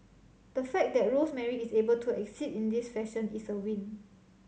the fact that Rosemary is able to exit in this fashion is a win